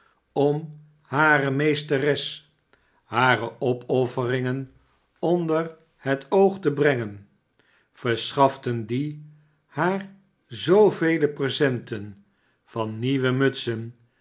om hare meesteres hare opofiferingen onder het oog te brengen verschaften die haar zoovele presenten van nieuwe mutsen